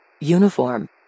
Uniform